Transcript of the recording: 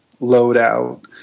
loadout